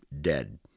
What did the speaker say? dead